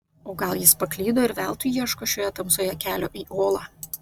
o gal jis paklydo ir veltui ieško šioje tamsoje kelio į olą